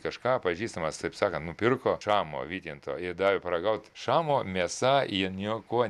kažką pažįstamas taip sakant nupirko šamo vytinto ir davė paragaut šamo mėsa ji niekuo